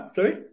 Sorry